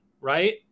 right